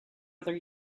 other